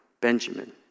Benjamin